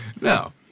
No